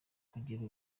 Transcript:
kugira